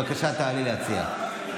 כרגע אנחנו מסירים, הינה, היא נמצאת.